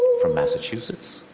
from massachusetts.